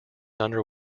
under